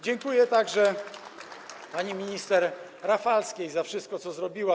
Dziękuję także pani minister Rafalskiej za wszystko, co już zrobiła.